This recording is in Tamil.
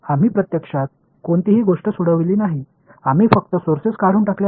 ஆதாரங்களின் எண்ணிக்கை கூட பலவாக இருக்கலாம் அவை அனைத்தும் ரத்துசெய்யப்படுவது முக்கியமல்ல